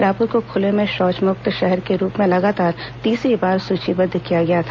रायपुर को खुले में शौचमुक्त शहर के रूप में लगातार तीसरी बार सूचीबद्ध किया गया था